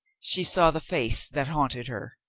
she saw the face that haunted her.